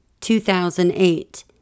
2008